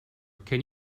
can